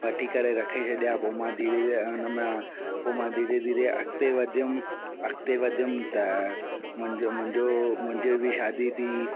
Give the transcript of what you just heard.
वठी करे रखी छॾिया पोइ मां धीरे धीरे हुन में पोइ मां धीरे धीरे अॻिते वधियुमि अॻिते वधियुमि त मुंहिंजो मुंहिंजो मुंहिंजी बि शादी थी